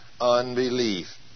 unbelief